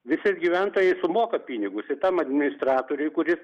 visi gyventojai sumoka pinigus ir tam administratoriui kuris